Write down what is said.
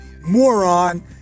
moron